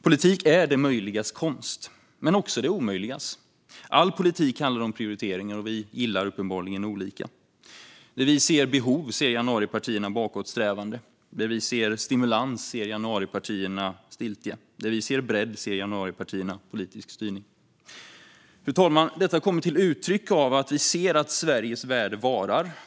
Politik är det möjligas konst, men också det omöjligas. All politik handlar om prioriteringar, och vi gillar uppenbarligen olika. Där vi ser behov ser januaripartierna bakåtsträvande. Där vi ser stimulans ser januaripartierna stiltje. Där vi ser bredd ser januaripartierna politisk styrning. Fru talman! Detta kommer till uttryck i att vi ser att Sveriges värde varar.